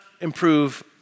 improve